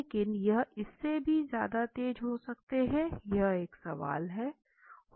लेकिन यह इससे भी ज़्यादा तेज हो सकते है यह एक सवाल है